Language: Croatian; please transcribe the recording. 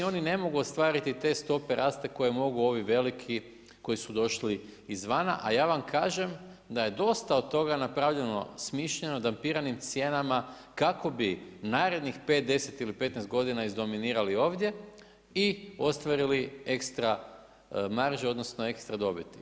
Oni ne mogu ostvariti te stope rasta koje mogu ovi veliki koji su došli izvana, a ja vam kažem da je dosta od toga napravljeno smišljeno dampiranim cijenama kako bi narednih 5, 10 ili 15 godina izdominirali ovdje i ostvarili ekstra marže, odnosno ekstra dobiti.